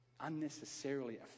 unnecessarily